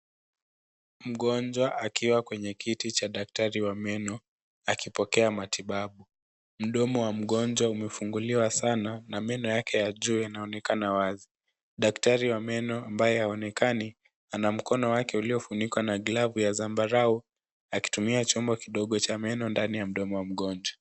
Mgonjwa akiwa kwenye kiti cha daktari wa meno akipokea matibabu. Mdomo wa mgonjwa umefunguliwa sana na meno yake ya juu yanaonekana wazi. Daktari wa meno ambaye haonekani ana mkono wake uliofunikwa na glavu ya zambarau akitumia chombo kidogo cha meno ndani ya mdomo wa mgonjwa.